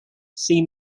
see